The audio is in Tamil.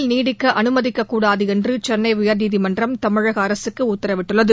ஆசிரியர் நீடிக்க அனுமதிக்கக்கூடாது என்று சென்னை உயர்நீதிமன்றம் தமிழக அரசுக்கு உத்தரவிட்டுள்ளது